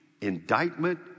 indictment